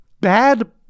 bad